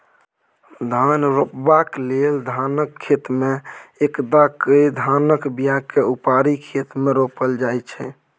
धान रोपबाक लेल धानक खेतमे कदबा कए धानक बीयाकेँ उपारि खेत मे रोपल जाइ छै